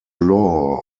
law